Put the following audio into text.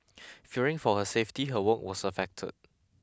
fearing for her safety her work was affected